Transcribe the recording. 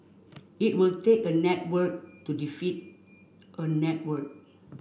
it will take a network to defeat a network